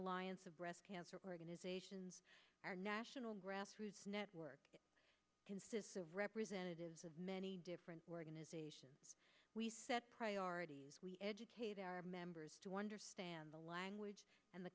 alliance of breast cancer organizations our national grassroots network consists of representatives of many different organizations we set priorities we educate our members to understand the language and the